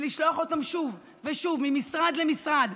ושולח אותם שוב ושוב ממשרד למשרד,